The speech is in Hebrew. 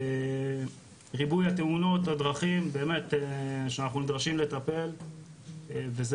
ריבוי תאונות הדרכים באמת שאנחנו נדרשים לטפל וזה